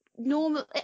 Normal